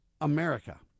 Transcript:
America